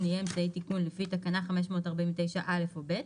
יהיה אמצעי תיקון לפי תקנה 549(א) או (ב),